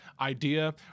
idea